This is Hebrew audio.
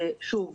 אנחנו